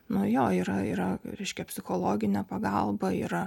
nu jo yra yra reiškia psichologinė pagalba yra